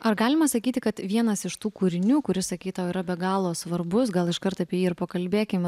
ar galima sakyti kad vienas iš tų kūrinių kuris sakei tau yra be galo svarbus gal iškart apie jį ir pakalbėkime